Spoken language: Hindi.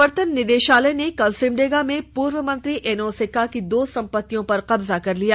प्रवर्तन निदेशालय ईडी ने कल सिमडेगा में पूर्व मंत्री एनोस एक्का की दो संपत्तियों पर कब्जा कर लिया